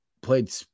Played